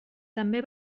també